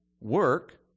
Work